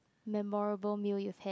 memorable meal you've had